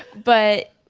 but